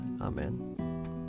Amen